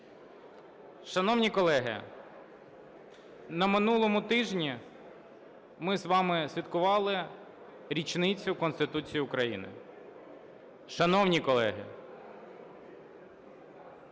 Шановні колеги, на минулому тижні ми з вами святкували річницю Конституції України. Шановні колеги!